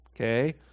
okay